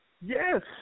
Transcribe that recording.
Yes